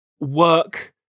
work